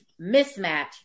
mismatch